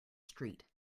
street